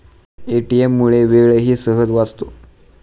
ATM मुळे वेळही सहज वाचतो